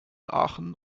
aachen